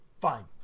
Fine